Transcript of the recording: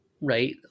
right